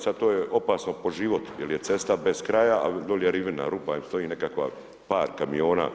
Sad to je opasno po život jer je cesta bez kraja, a dolje ... rupa stoji nekakva par kamiona.